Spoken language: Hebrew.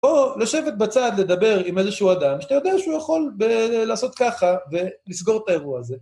פה לשבת בצד לדבר עם איזשהו אדם שאתה יודע שהוא יכול לעשות ככה, ולסגור את האירוע הזה.